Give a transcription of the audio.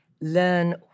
learn